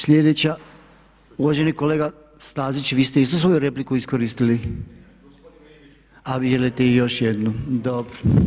Sljedeći je uvaženi kolega Stazić, vi ste isto svoju repliku iskoristili? … [[Upadica se ne razumije.]] A vi želite još jednu, dobro.